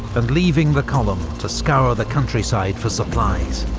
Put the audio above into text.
and leaving the column to scour the countryside for supplies.